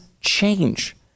change